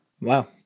Wow